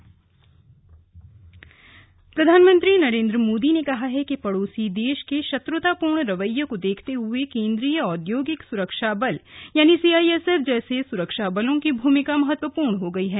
slug CISF PM प्रधानमंत्री नरेन्द्र मोदी ने कहा है कि पड़ोसी देश के शत्रतापूर्ण रवैए को देखते हुए केन्द्रीय औद्योगिक सुरक्षा बल यानि सीआईएसएफ जैसे सुरक्षा बलों की भूमिका महत्वपूर्ण हो गयी है